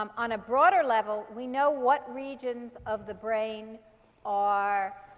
um on a broader level, we know what regions of the brain are